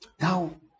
Now